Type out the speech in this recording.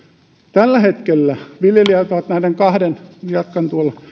tällä hetkellä viljelijät ovat näiden kahden jatkan tuolla